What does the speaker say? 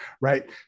right